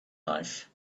life